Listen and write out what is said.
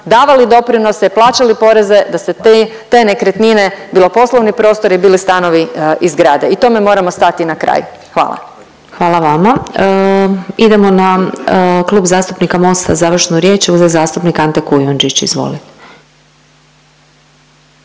davali doprinose, plaćali poreze, da se te nekretnine bilo poslovni prostori, bilo stanovi izgrade. I tome moramo stati na kraj. Hvala. **Glasovac, Sabina (SDP)** Hvala vama. Idemo na Klub zastupnika Mosta završnu riječ će uzeti zastupnik Ante Kujundžić, izvolite.